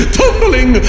tumbling